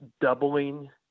doubling